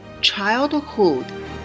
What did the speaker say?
childhood